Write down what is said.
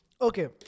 Okay